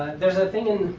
there's a thing, and